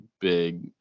big